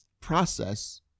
process